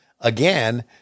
Again